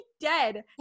dead